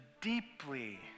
deeply